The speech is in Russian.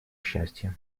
счастья